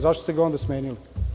Zašto ste ga onda smenili?